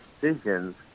decisions